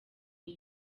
iyi